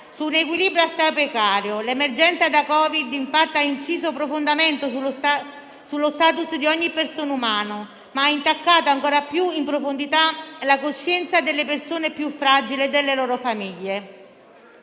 su un equilibrio assai precario. L'emergenza da Covid ha inciso profondamente sullo *status* di ogni essere umano, ma ha intaccato ancora più in profondità la coscienza delle persone più fragili e delle loro famiglie.